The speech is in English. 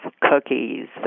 cookies